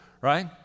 right